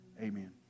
Amen